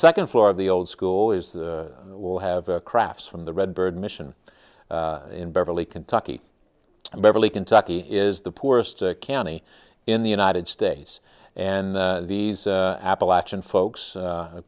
second floor of the old school is the will have a crafts from the red bird mission in beverly kentucky and beverly kentucky is the poorest county in the united states and these appalachian folks